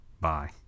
bye